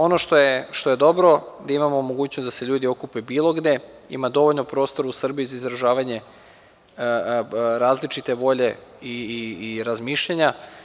Ono što je dobro da imamo mogućnost da se ljudi okupe bilo gde, ima dovoljno prostora u Srbiji za izražavanje različite volje i razmišljanja.